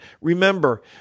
Remember